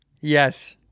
yes